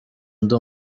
ndi